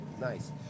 Nice